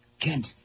Kent